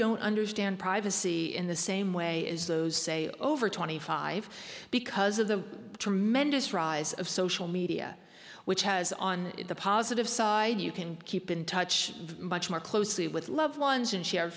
don't understand privacy in the same way as those say over twenty five because of the tremendous rise of social media which has on the positive side you can keep in touch much more closely with loved ones and share